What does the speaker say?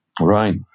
Right